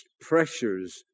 pressures